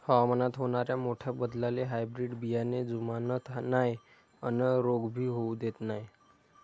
हवामानात होनाऱ्या मोठ्या बदलाले हायब्रीड बियाने जुमानत नाय अन रोग भी होऊ देत नाय